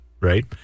right